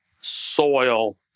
soil